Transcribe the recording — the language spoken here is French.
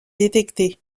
détectés